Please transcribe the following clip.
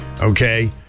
Okay